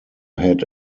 had